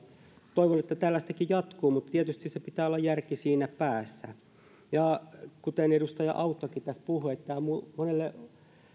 toivon että tällainenkin jatkuu mutta tietysti pitää olla järki siinä päässä kuten edustaja auttokin tästä puhui että tämä on monelle